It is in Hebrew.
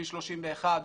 כביש 31,